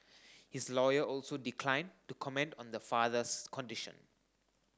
his lawyer also declined to comment on the father's condition